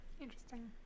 interesting